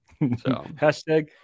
Hashtag